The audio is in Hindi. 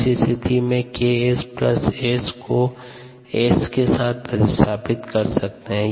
इस स्थिति में Ks S को S के साथ प्रतिस्थापित कर सकते हैं